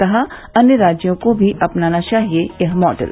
कहा अन्य राज्यों को भी अपनाना चाहिए यह मॉडल